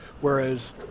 Whereas